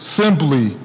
simply